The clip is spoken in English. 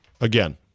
Again